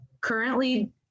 currently